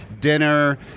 dinner